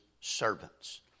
servants